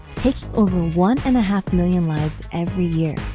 taking over one and a half million lives every year.